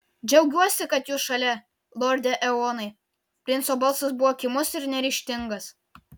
džiaugiuosi kad jūs šalia lorde eonai princo balsas buvo kimus ir neryžtingas